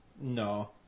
No